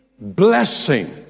blessing